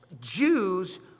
Jews